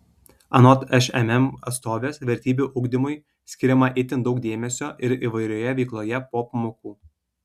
anot šmm atstovės vertybių ugdymui skiriama itin daug dėmesio ir įvairioje veikloje po pamokų